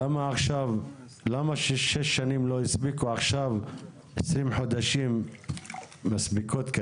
למה 6 שנים לא הספיקו ועכשיו 20 חודשים כנראה מספיקים?